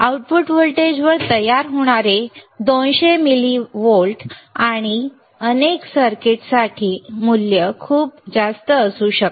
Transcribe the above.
output व्होल्टेजवर तयार होणारे 200 मिलिव्होल्ट आणि अनेक सर्किट्ससाठी मूल्य खूप जास्त असू शकते